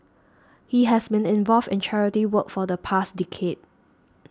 he has been involved in charity work for the past decade